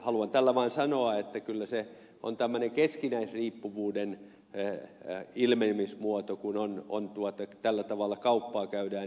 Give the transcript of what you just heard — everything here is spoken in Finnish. haluan tällä vain sanoa että kyllä se on tämmöinen keskinäisriippuvuuden ilmenemismuoto kun tällä tavalla kauppaa käydään